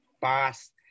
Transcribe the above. boss